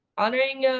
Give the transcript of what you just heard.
honouring